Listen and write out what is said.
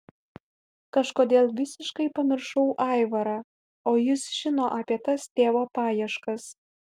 kažkodėl visiškai pamiršau aivarą o jis žino apie tas tėvo paieškas